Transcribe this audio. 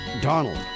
Donald